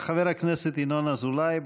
חבר הכנסת ינון אזולאי,